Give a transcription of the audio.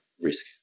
risk